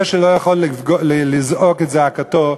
זה שלא יכול לזעוק את זעקתו,